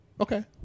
Okay